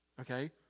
okay